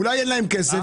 אולי אין להם כסף?